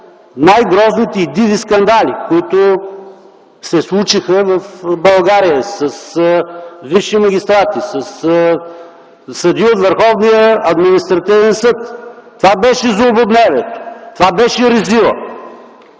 най-грозните и диви скандали, които се случиха в България, с висши магистрати, със съдии от Върховния административен съд. Това беше злободневието, това беше резилът.